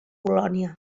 polònia